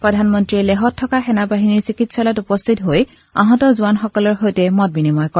প্ৰধানমন্ত্ৰীয়ে লেহত থকা সেনা বাহিনীৰ চিকিৎসালয়ত উপস্থিত হৈ আহত জোৱানসকলৰ সৈতে মত বিনিময় কৰে